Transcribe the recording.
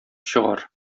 чыгар